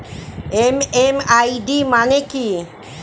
MMID মানে কি?